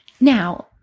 Now